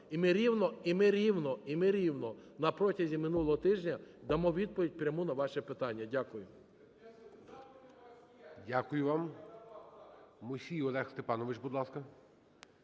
запит, і ми рівно, і ми рівно напротязі минулого тижня дамо відповідь пряму на ваші питання. Дякую. ГОЛОВУЮЧИЙ.